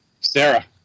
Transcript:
Sarah